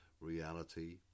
reality